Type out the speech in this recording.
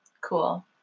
cool